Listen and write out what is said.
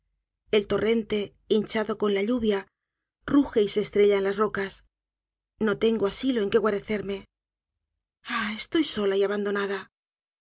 el torrente hinchado con la lluvia ruje y se estrella en las rocas no tengo asilo en que guarecerme ah estoy sola y abandonada